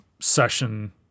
session